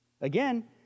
Again